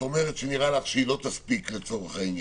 את אומרת שנראה לך שהיא לא תספיק לצורך העניין.